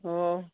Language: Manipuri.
ꯑꯣ